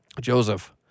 Joseph